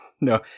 No